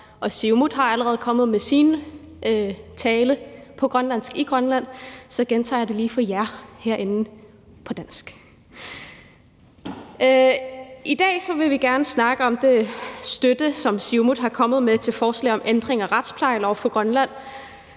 Siumut allerede er kommet med sin tale på grønlandsk i Grønland, gentager jeg det lige for jer herinde på dansk. I dag vil vi gerne snakke om den støtte, som Siumut er kommet med til forslag om ændring af retsplejeloven for Grønland,